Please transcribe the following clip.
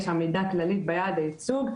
יש עמידה כללית ביעד הייצוג,